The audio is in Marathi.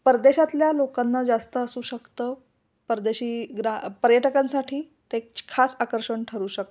परदेशातल्या लोकांना जास्त असू शकतं परदेशी ग्रा पर्यटकांसाठी ते च एक खास आकर्षण ठरू शकतं